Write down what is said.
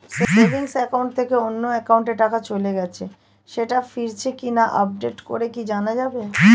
Savings account থেকে অন্য একাউন্টে টাকা চলে গেছে সেটা ফিরেছে কিনা আপডেট করে কি জানা যাবে?